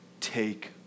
take